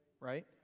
right